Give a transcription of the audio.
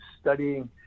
studying